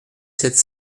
sept